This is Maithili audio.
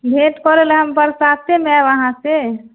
भेट करैलए हम बरसातेमे आएब अहाँसँ